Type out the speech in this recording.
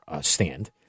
stand